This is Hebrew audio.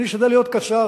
אני אשתדל להיות קצר,